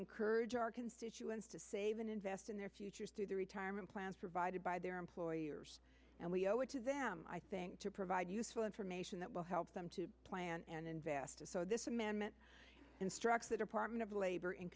encourage our constituents to save and invest in their future through the retirement plan survived by their employers and we owe it to them i think to provide useful information that will help them to plan and invest it so this amendment instructs the department of labor in